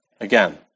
again